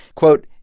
quote,